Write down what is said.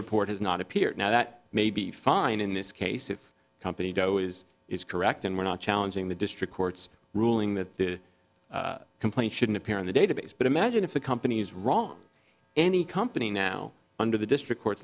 report has not appeared now that may be fine in this case if company doe is is correct and we're not challenging the district court's ruling that the complaint shouldn't appear in the database but imagine if the company's wrong any company now under the district court